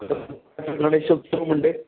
गणेशोत्सव म्हणजे